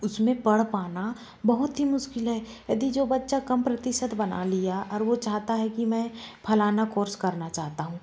उसमें पढ़ पाना बहुत ही मुश्किल है यदि जो बच्चा कम प्रतिशत बना लिया और वो चाहता है कि मैं फलाना कोर्स करना चाहता हूँ